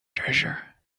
treasure